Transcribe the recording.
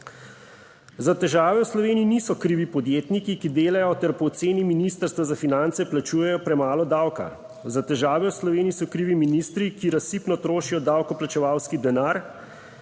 Za težave v Sloveniji niso krivi podjetniki, ki delajo ter po oceni ministrstva za finance plačujejo premalo davka. Za težave v Sloveniji so krivi ministri, ki razsipno trošijo davkoplačevalski denar,